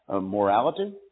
morality